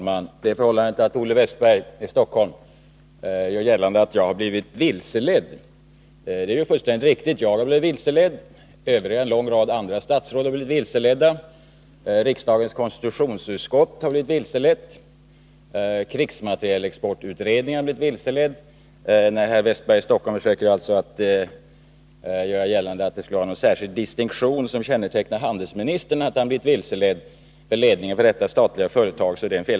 Herr talman! Olle Wästberg i Stockholm gör gällande att jag har blivit vilseledd. Det är fullständigt riktigt. Jag har blivit vilseledd. En lång rad andra statsråd har blivit vilseledda. Riksdagens konstitutionsutskott har blivit vilselett. Krigsmaterielexportutredningen har blivit vilseledd. När herr Wästberg i Stockholm försöker göra gällande att det skulle vara någon särskild distinktion att handelsministern blivit vilseledd av ledningen för detta statliga företag är det alltså fel.